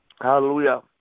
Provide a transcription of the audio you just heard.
hallelujah